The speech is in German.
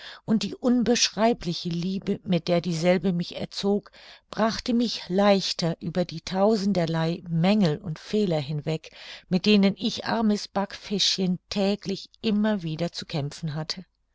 und die unbeschreibliche liebe mit der dieselbe mich erzog brachte mich leichter über die tausenderlei mängel und fehler hinweg mit denen ich armes backfischchen täglich immer wieder zu kämpfen hatte